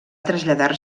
traslladar